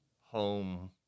home